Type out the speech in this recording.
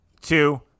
two